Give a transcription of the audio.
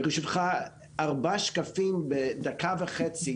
אם אפשר ברשותך ארבעה שקפים בדקה וחצי,